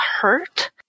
hurt